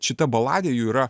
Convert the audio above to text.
šita baladė jų yra